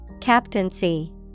Captaincy